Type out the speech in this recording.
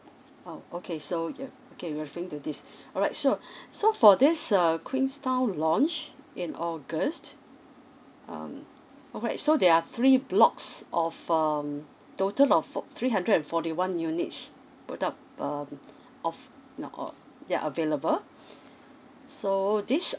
oh okay so you're okay referring to this alright sure so for this err queens town launch in august um alright so there are three blocks of um total of four three hundred and fourty one units put up um of now uh yeah available so this